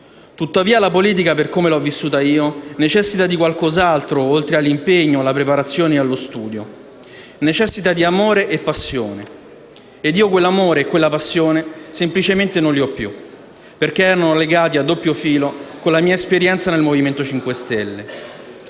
Tuttavia la politica, per come l'ho vissuta, necessita di qualcos'altro oltre all'impegno, alla preparazione e allo studio; necessita di amore e di passione e io quell'amore e quella passione, semplicemente, non li ho più, perché erano legati a doppio filo con la mia esperienza nel Movimento 5 Stelle.